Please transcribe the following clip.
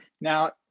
Now